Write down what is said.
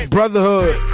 Brotherhood